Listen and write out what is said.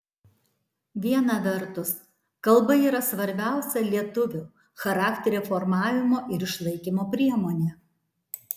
viena vertus kalba yra svarbiausia lietuvio charakterio formavimo ir išlaikymo priemonė